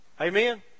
Amen